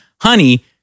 honey